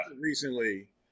recently